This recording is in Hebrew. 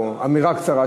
או אמירה קצרה,